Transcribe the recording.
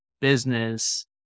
business